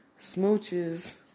smooches